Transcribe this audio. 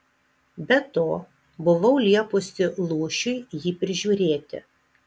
be to buvau liepusi lūšiui jį prižiūrėti